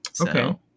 Okay